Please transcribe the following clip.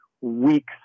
weeks